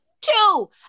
Two